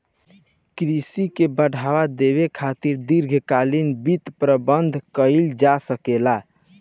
कृषि के बढ़ावा देबे खातिर दीर्घकालिक वित्त प्रबंधन कइल जा सकेला